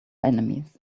enemies